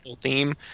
theme